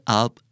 up